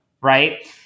right